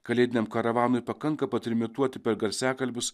kalėdiniam karavanui pakanka patrimituoti per garsiakalbius